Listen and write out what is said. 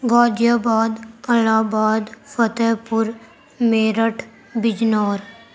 غازی آباد آباد فتح پور میرٹھ بجنور